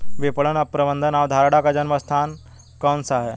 विपणन प्रबंध अवधारणा का जन्म स्थान कौन सा है?